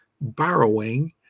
borrowing